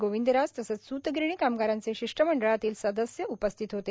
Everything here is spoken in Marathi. गोविंदराज तसेच सूतगिरणी कामगारांचे शिष्टमंडळातील सदस्य उपस्थित होते